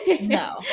No